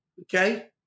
Okay